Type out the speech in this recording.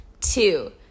Two